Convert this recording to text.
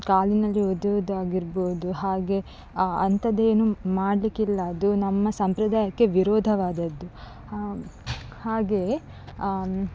ಕಾಲಿನಲ್ಲಿ ಒದೆಯುವುದಾಗಿರ್ಬೋದು ಹಾಗೇ ಅಂಥದ್ದೇನು ಮಾಡಲಿಕ್ಕಿಲ್ಲ ಅದು ನಮ್ಮ ಸಂಪ್ರದಾಯಕ್ಕೆ ವಿರೋಧವಾದದ್ದು ಹಾಗೇ